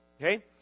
Okay